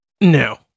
No